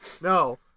No